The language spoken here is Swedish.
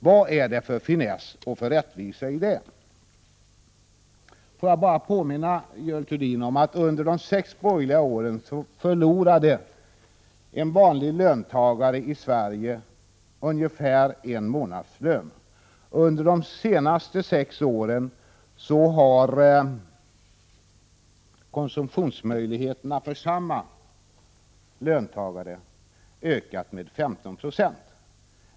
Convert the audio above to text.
Vad är det för finess och rättvisa i det? Jag vill påminna Görel Thurdin om att under de sex borgerliga åren förlorade en vanlig löntagare i Sverige ungefär en månadslön. Under de senaste sex åren har konsumtionsmöjligheterna för samma löntagare ökat med 15 96.